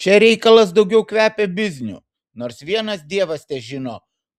čia reikalas daugiau kvepia bizniu nors vienas dievas težino